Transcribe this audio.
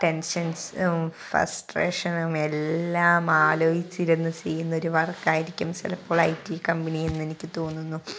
ടെൻഷെൻസും ഫസ്ട്രേഷനും എല്ലാം ആലോജിച്ചിരുന്നു ചെയ്യുന്ന ഒരു വർക്ക് ആയിരിക്കും ചിലപ്പോൾ ഐ റ്റി കമ്പനിയെന്ന് എനിക്ക് തോന്നുന്നു